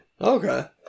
Okay